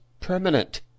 permanent